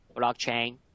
blockchain